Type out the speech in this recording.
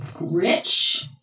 rich